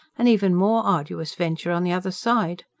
an even more arduous venture on the other side?